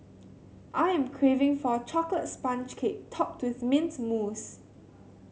I am craving for a chocolate sponge cake topped with mint mousse